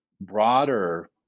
broader